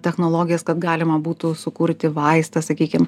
technologijas kad galima būtų sukurti vaistą sakykim